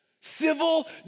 Civil